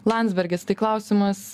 landsbergis tai klausimas